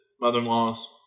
mother-in-law's